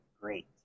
great